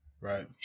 Right